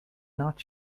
not